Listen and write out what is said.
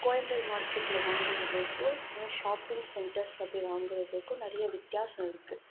கோயம்பேடு மார்க்கெட்டில் வாங்குறதுக்கும் இந்தமாதிரி ஷாப்பிங் சென்டர்ஸில் போய் வாங்குறதுக்கும் நிறைய வித்தியாசம் இருக்கு